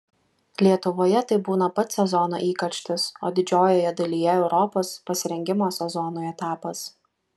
lietuvoje tai būna pats sezono įkarštis o didžiojoje dalyje europos pasirengimo sezonui etapas